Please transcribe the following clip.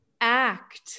act